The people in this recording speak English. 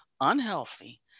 unhealthy